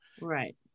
Right